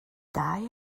die